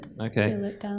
Okay